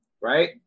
right